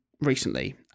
recently